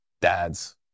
dads